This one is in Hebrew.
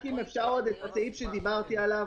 רק אם אפשר לאשר גם את הסעיף שדיברתי עליו.